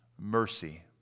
mercy